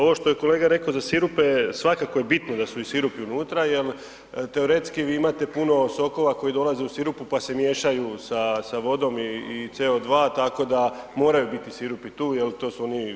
Ovo što je kolega rekao za sirupe, svakako je bitno da su i sirupi unutra, jer teoretski vi imate puno sokova koji dolaze u sirupu pa se miješaju sa vodom i CO2 tako da moraju biti sirupi tu jer to su oni